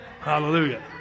Hallelujah